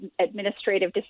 administrative